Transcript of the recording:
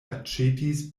aĉetis